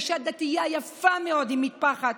אישה דתייה יפה מאוד עם מטפחת.